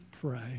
pray